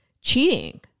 cheating